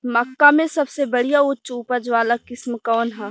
मक्का में सबसे बढ़िया उच्च उपज वाला किस्म कौन ह?